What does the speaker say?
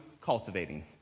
cultivating